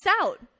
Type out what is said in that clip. out